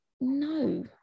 no